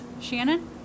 Shannon